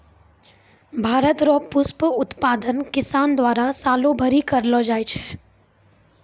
भारत रो पुष्प उत्पादन किसान द्वारा सालो भरी करलो जाय छै